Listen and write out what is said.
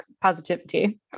positivity